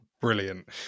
Brilliant